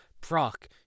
Proc